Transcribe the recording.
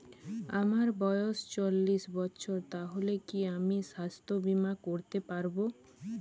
আমার বয়স চল্লিশ বছর তাহলে কি আমি সাস্থ্য বীমা করতে পারবো?